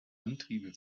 antriebe